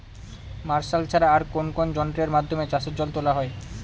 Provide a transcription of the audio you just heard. Martial ছাড়া আর কোন কোন যন্ত্রেরর মাধ্যমে চাষের জল তোলা হয়?